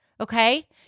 Okay